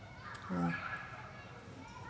ya